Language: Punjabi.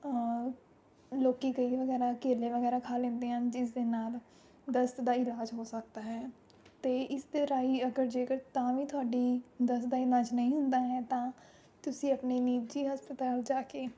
ਲੋਕ ਕਈ ਵਗੈਰਾ ਕੇਲੇ ਵਗੈਰਾ ਖਾ ਲੈਂਦੇ ਹਨ ਜਿਸ ਦੇ ਨਾਲ ਦਸਤ ਦਾ ਇਲਾਜ ਹੋ ਸਕਦਾ ਹੈ ਅਤੇ ਇਸ ਦੇ ਰਾਹੀਂ ਅਗਰ ਜੇਕਰ ਤਾਂ ਵੀ ਤੁਹਾਡੀ ਦਸਤ ਦਾ ਇਲਾਜ ਨਹੀਂ ਹੁੰਦਾ ਹੈ ਤਾਂ ਤੁਸੀਂ ਆਪਣੇ ਨਿੱਜੀ ਹਸਪਤਾਲ ਜਾ ਕੇ